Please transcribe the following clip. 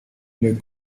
les